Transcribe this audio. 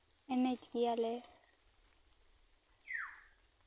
ᱮᱱᱮᱡ ᱜᱮᱭᱟᱞᱮ